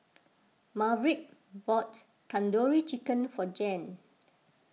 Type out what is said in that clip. Maverick bought Tandoori Chicken for Jan